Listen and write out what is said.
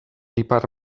ipar